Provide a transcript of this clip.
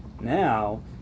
Now